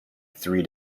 three